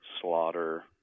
slaughter